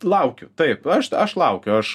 laukiu taip aš aš laukiu aš